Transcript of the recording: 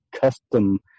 custom